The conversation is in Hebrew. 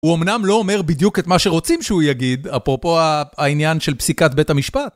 הוא אמנם לא אומר בדיוק את מה שרוצים שהוא יגיד, אפרופו העניין של פסיקת בית המשפט.